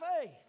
faith